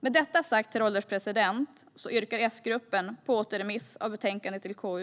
Med detta sagt, herr ålderspresident, yrkar S-gruppen på återförvisning av betänkandet till KU.